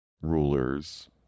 rulers